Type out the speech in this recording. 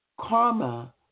Karma